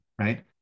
right